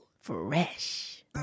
Fresh